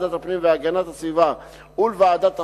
לוועדת הפנים והגנת הסביבה ולוועדת החוקה,